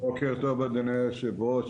בוקר טוב אדוני היושב-ראש,